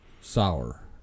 sour